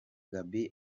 gaby